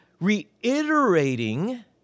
reiterating